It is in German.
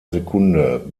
sekunde